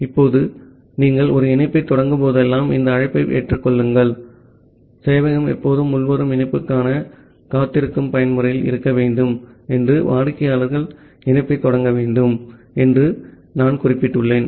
இப்போது நீங்கள் ஒரு இணைப்பைத் தொடங்கும்போதெல்லாம் இந்த அழைப்பை ஏற்றுக்கொள் சேவையகம் எப்போதுமே உள்வரும் இணைப்புக்காகக் காத்திருக்கும் பயன்முறையில் இருக்க வேண்டும் என்றும் வாடிக்கையாளர்கள் இணைப்பைத் தொடங்க வேண்டும் என்றும் நான் குறிப்பிட்டுள்ளேன்